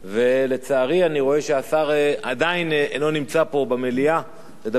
אני רואה שהשר עדיין אינו נמצא פה במליאה כדי לדבר בנושא חשוב זה.